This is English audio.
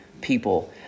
people